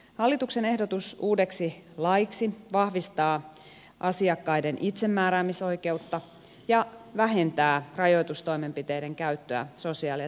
hallituksen ehdotus uudeksi laiksi vahvistaa asiakkaiden itsemääräämisoikeutta ja vähentää rajoitustoimenpiteiden käyttöä sosiaali ja ter veydenhuollossa